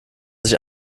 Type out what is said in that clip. sich